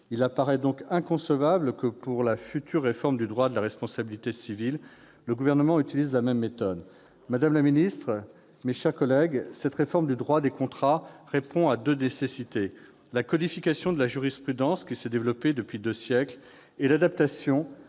Il apparaît donc inconcevable que, pour la future réforme du droit de la responsabilité civile, le Gouvernement utilise la même méthode ! Madame la ministre, mes chers collègues, cette réforme du droit des contrats répond à deux nécessités : la codification de la jurisprudence qui s'est développée depuis deux siècles et l'adaptation